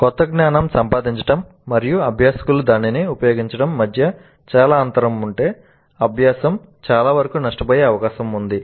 క్రొత్త జ్ఞానం సంపాదించడం మరియు అభ్యాసకులు దానిని ఉపయోగించడం మధ్య చాలా అంతరం ఉంటే అభ్యాసం చాలావరకు నష్టపోయే అవకాశం ఉంది